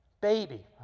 baby